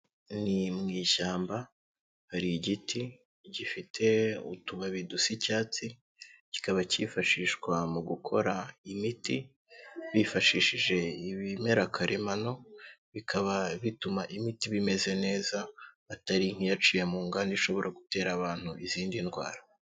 Ni mu ishyamba hari igiti gifite utubabi dusa icyatsi kikaba kifashishwa mu gukora imiti bifashishije ibimera karemano, bikaba bituma imiti iba imeze neza atari nk'iyaciye mu nganda ishobora gutera abantu izindi ndwara.